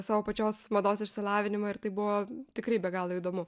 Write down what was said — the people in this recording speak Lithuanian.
savo pačios mados išsilavinimą ir tai buvo tikrai be galo įdomu